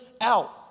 out